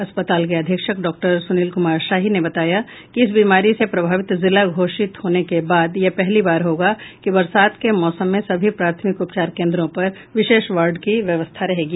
अस्पताल के अधीक्षक डॉक्टर सुनील कुमार शाही ने बताया कि इस बीमारी से प्रभावित जिला घोषित होने के बाद यह पहली बार होगा कि बरसात के मौसम में सभी प्राथमिक उपचार केन्द्रों पर विशेष वार्ड की व्यवस्था रहेगी